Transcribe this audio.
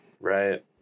right